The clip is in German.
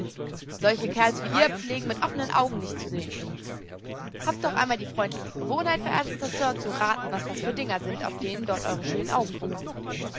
solche kerls wie ihr pflegen mit offenen augen nicht zu sehen habt doch einmal die freundliche gewogenheit verehrtester sir zu raten was das für dinger sind auf denen dort eure schönen augen ruhen